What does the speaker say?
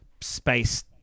Space